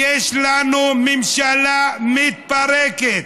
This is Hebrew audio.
יש לנו ממשלה מתפרקת.